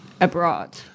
abroad